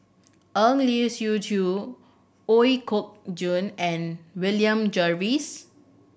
Eng Lee Seok Chee Ooi Kok Chuen and William Jervois